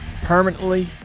permanently